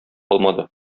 алмады